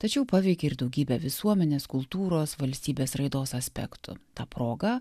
tačiau paveikė ir daugybę visuomenės kultūros valstybės raidos aspektų ta proga